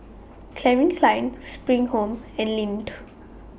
Calvin Klein SPRING Home and Lindt